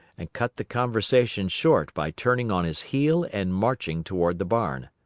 and cut the conversation short by turning on his heel and marching toward the barn.